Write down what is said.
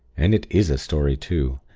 and it is a story too!